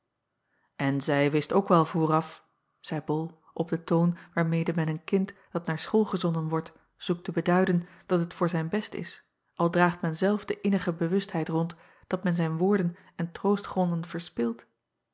n zij wist ook wel vooraf zeî ol op den toon waarmede men een kind dat naar school gezonden wordt zoekt te beduiden dat het voor zijn best is al draagt men zelf de innige bewustheid rond dat men zijn woorden en troostgronden verspilt